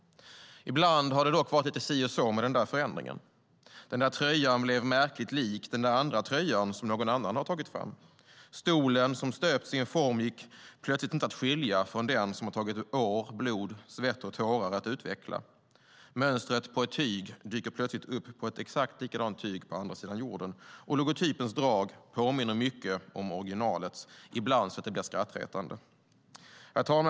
Ibland har det dock varit lite si och så med förändringen. Den där tröjan blev märkligt lik den där andra tröjan som någon annan har tagit fram. Stolen som stöpts i en form gick plötsligt inte att skilja från den som det har tagit år, blod, svett och tårar att utveckla. Mönstret på ett tyg dyker plötsligt upp på ett exakt likadant tyg på andra sidan jorden, och logotypens drag påminner mycket om originalets - ibland så att det blir skrattretande. Herr talman!